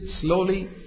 slowly